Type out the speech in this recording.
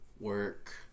work